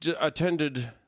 attended